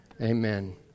Amen